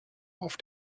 auf